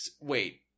Wait